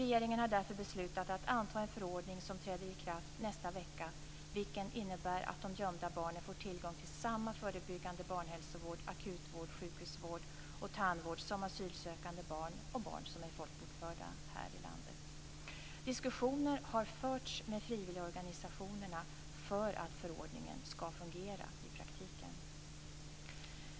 Regeringen har därför beslutat att anta en förordning som träder i kraft nästa vecka, vilken innebär att de gömda barnen får tillgång till samma förebyggande barnhälsovård, akutvård, sjukhusvård och tandvård som asylsökande barn och barn som är folkbokförda här i landet. Diskussioner har förts med frivilligorganisationerna för att förordningen ska fungera i praktiken.